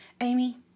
Amy